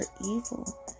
evil